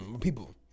people